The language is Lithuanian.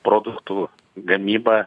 produktų gamybą